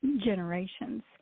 generations